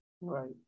right